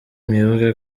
mwibuke